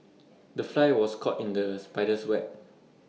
the fly was caught in the spider's web